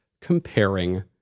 comparing